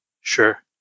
Sure